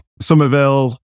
Somerville